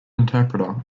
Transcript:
interpreter